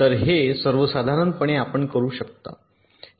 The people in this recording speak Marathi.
तर हे सर्वसाधारणपणे आपण करू शकता